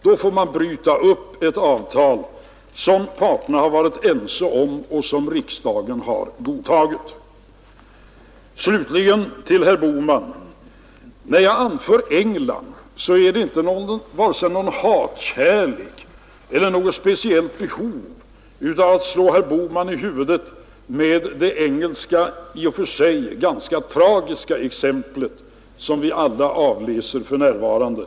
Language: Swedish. Man skulle få bryta upp ett avtal som parterna har varit ense om och som riksdagen har godtagit. Slutligen vill jag säga till herr Bohman att när jag talar om England så beror det inte på vare sig någon hatkärlek eller något speciellt behov att slå herr Bohman i huvudet med det engelska i och för sig ganska tragiska exempel, som vi alla avläser för närvarande.